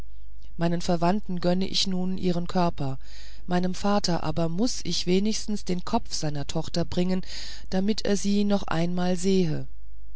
meinen verwandten gönne ich nun ihren körper meinem vater aber muß ich wenigstens den kopf seiner tochter bringen damit er sie noch einmal sehe